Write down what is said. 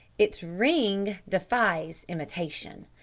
its ring defies imitation.